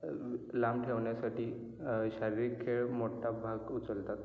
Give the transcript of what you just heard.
लांब ठेवण्यासाठी शारीरिक खेळ मोठा भाग उचलतात